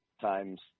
times